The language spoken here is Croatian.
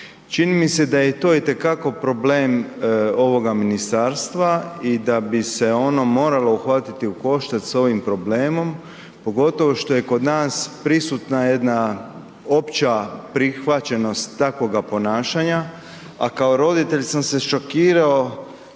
Čini mi se da je to itekako problem ovoga ministarstva i da bi se ono moralo uhvatiti u koštac s ovim problemom, pogotovo što je kod nas prisutna jedna opća prihvaćenost takvoga ponašanja, a kao roditelj sam se šokirao